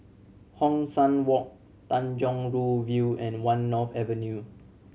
Hong San Walk Tanjong Rhu View and One North Avenue